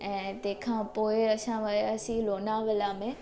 ऐं तंहिंखां पोइ असां वियासीं लोनावला में